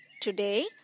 Today